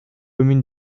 communes